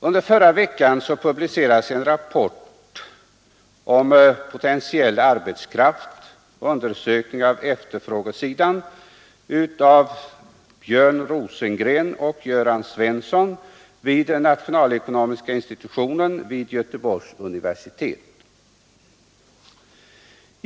Under förra veckan publicerades en rapport om potentiell arbetskraft — en undersökning av efterfrågesidan — av civilekonomerna Björn Rosengren och Göran Svensson vid nationalekonomiska institutionen vid Göteborgs universitet.